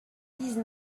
dix